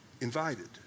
invited